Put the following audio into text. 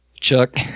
Chuck